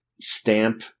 stamp